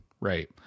right